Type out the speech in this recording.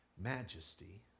Majesty